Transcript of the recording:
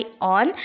on